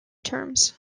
terms